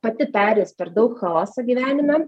pati perėjus per daug chaoso gyvenime